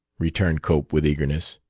returned cope, with eagerness.